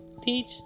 teach